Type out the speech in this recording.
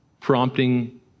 prompting